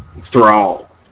Thrall